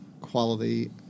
quality